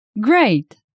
Great